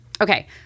Okay